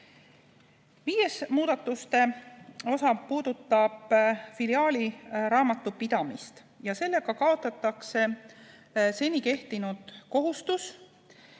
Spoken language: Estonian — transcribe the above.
Viies muudatuste osa puudutab filiaali raamatupidamist. Sellega kaotatakse seni kehtinud kohustus